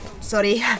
sorry